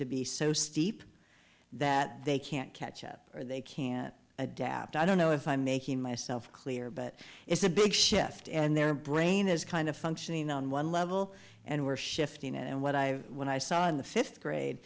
to be so steep that they can't catch up or they can't adapt i don't know if i'm making myself clear but it's a big shift and their brain is kind of functioning on one level and were shifting and what i when i saw in the fifth grade